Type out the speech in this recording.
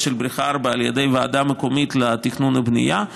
של בריכה 4 על ידי ועדה מקומית לתכנון ובנייה,